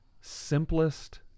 simplest